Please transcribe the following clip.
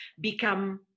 Become